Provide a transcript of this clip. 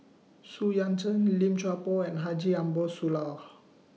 Xu Yuan Zhen Lim Chuan Poh and Haji Ambo Sooloh